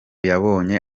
yabonye